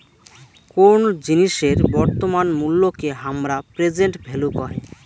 কোন জিনিসের বর্তমান মুল্যকে হামরা প্রেসেন্ট ভ্যালু কহে